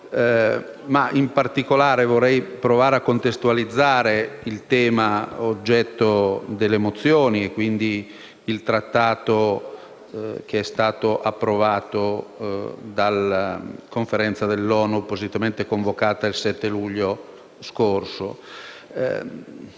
In particolare, vorrei provare a contestualizzare il tema oggetto delle mozioni e, quindi, il Trattato approvato dalla Conferenza dell'ONU appositamente convocata il 7 luglio scorso.